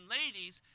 ladies